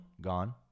gone